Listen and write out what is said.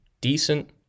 decent